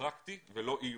פרקטי ולא עיוני.